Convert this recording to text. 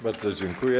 Bardzo dziękuję.